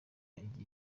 igihe